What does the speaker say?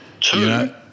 Two